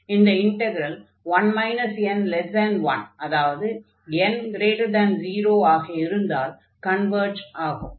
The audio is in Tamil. இந்த இன்டக்ரல் 1 n1 அதாவது n0 ஆக இருந்தால் கன்வர்ஜ் ஆகும்